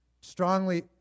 strongly